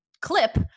clip